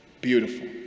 beautiful